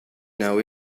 know